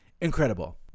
Incredible